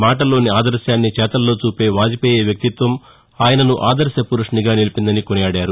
మాటల్లోని ఆదర్యాన్ని చేతల్లో చూపే వాజ్పేయీ వ్యక్తిత్వం ఆయనను ఆదర్శ పురుషునిగా నిలిపిందని కొనియాడారు